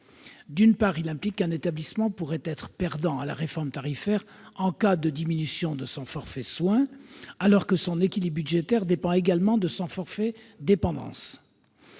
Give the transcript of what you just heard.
D'une part, il implique qu'un établissement pourrait perdre à la réforme tarifaire en cas de diminution de son forfait soins, alors que son équilibre budgétaire dépend également de son forfait dépendance.